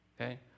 okay